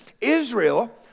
Israel